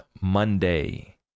Monday